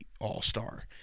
all-star